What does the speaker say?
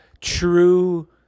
true